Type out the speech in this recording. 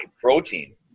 protein